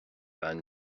bean